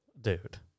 dude